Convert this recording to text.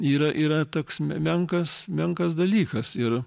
yra yra toks me menkas menkas dalykas ir